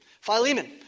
Philemon